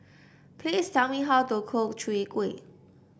please tell me how to cook Chwee Kueh